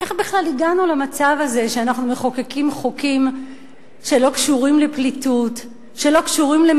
איך בכלל הגענו למצב הזה שאנחנו מחוקקים חוקים שלא קשורים לפליטות,